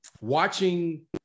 watching